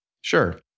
Sure